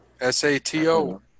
S-A-T-O